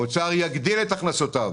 האוצר יגדיל את הכנסותיו